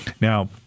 Now